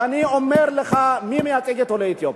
ואני אומר לך: מי מייצג את עולי אתיופיה?